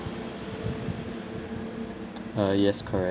uh yes correct